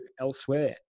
elsewhere